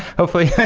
hopefully.